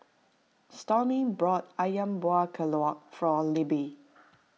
Stormy bought Ayam Buah Keluak for Libbie